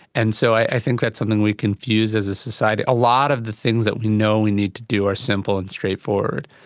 and so i think that's something we confuse as a society. a lot of the things that we know we need to do are simple and straightforward.